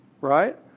right